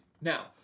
now